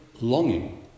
longing